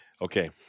Okay